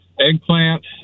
eggplant